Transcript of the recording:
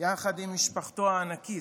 יחד עם משפחתו הענקית.